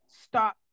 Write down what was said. stop